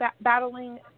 battling